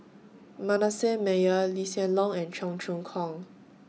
Manasseh Meyer Lee Hsien Loong and Cheong Choong Kong